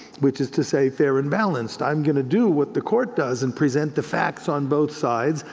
which is to say fair and balanced. i'm gonna do what the court does and present the facts on both sides,